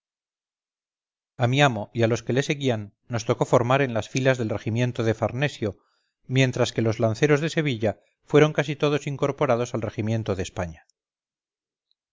a mi amo y a los que le seguían nos tocó formar en las filas del regimiento de farnesio mientras que los lanceros de sevilla fueron casi todos incorporados al regimiento de españa